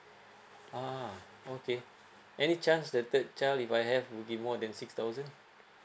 ah okay any chance the third child if I have will be more than six thousand